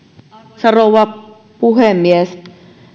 arvoisa rouva puhemies